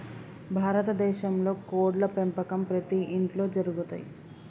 భారత దేశంలో కోడ్ల పెంపకం ప్రతి ఇంట్లో జరుగుతయ్